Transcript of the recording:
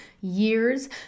years